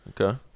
Okay